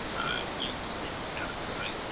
use the site and inhabit the site.